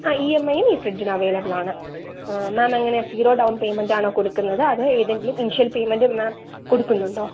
ആ E M ഐയും ഈ ഫ്രിഡ്ജിന് അവൈലബിളാണ് ആ മാം എങ്ങനെ സീറോ ഡൗൺ പേയ്മെൻ്റാണോ കൊടുക്കുന്നത് അതോ ഏതെങ്കിലും ഇനിഷ്യൽ പേയ്മെൻ്റ് മാം കൊടുക്കുന്നുണ്ടോ